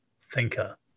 thinker